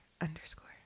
underscore